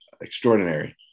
Extraordinary